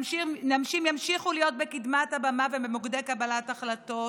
נשים ימשיכו להיות בקדמת הבמה ובמוקדי קבלת החלטות.